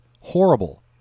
horrible